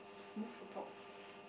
move